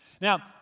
Now